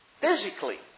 physically